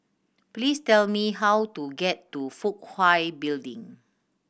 please tell me how to get to Fook Hai Building